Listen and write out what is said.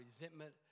resentment